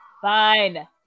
Fine